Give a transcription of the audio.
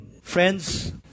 Friends